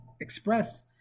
express